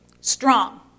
Strong